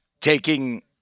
taking